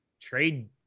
trade